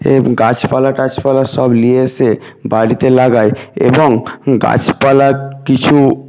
এই গাছপালা টাছপালা সব নিয়ে এসে বাড়িতে লাগাই এবং গাছপালা কিছু